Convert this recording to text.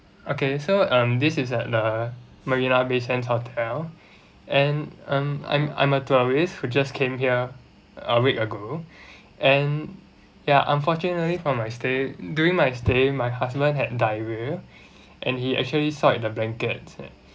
okay so um this is at the marina bay sands hotel and um I'm I'm a tourist who just came here a week ago and ya unfortunately for my stay during my stay my husband had diarrhea and he actually soiled the blanket